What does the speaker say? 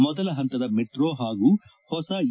ಮೊದಲ ಹಂತದ ಮೆಟ್ರೋ ಹಾಗೂ ಹೊಸ ಇ